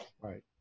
right